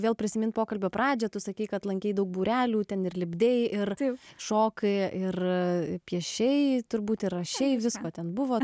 vėl prisimint pokalbio pradžią tu sakei kad lankei daug būrelių ten ir lipdei ir šokai ir piešei turbūt ir rašei visko ten buvo